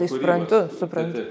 tai suprantu suprant